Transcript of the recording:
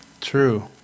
True